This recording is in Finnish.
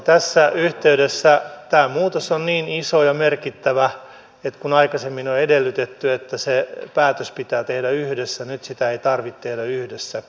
tässä yhteydessä tämä muutos on niin iso ja merkittävä että kun aikaisemmin on edellytetty että se päätös pitää tehdä yhdessä niin nyt sitä ei tarvitse tehdä yhdessä